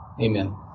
Amen